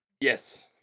Yes